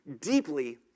deeply